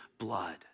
blood